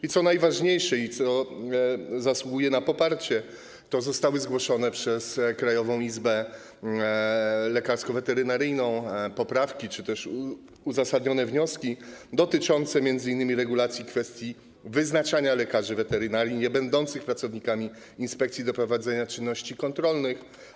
To, co najważniejsze i co zasługuje na poparcie, to fakt, że przez Krajową Izbę Lekarsko-Weterynaryjną zostały zgłoszone poprawki czy też uzasadnione wnioski dotyczące m.in. regulacji kwestii wyznaczania lekarzy weterynarii niebędących pracownikami inspekcji do prowadzenia czynności kontrolnych.